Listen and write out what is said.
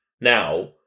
now